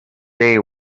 they